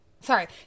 sorry